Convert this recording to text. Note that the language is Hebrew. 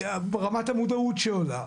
רמת המודעות שעולה,